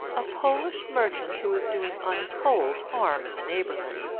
a polish merchant, who is doing untold harm in the neighbourhood.